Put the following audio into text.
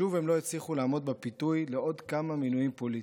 שוב הם לא הצליחו לעמוד בפיתוי לעוד כמה מינויים פוליטיים.